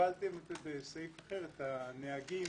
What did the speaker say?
היא רושמת מסמך רפואי,